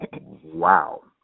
wow